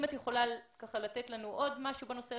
אם את יכולה לתת לנו עוד משהו בנושא הזה,